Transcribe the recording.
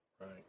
right